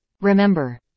Remember